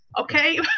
Okay